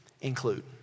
include